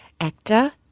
Actor